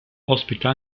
ospita